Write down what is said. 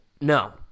No